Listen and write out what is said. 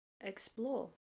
Explore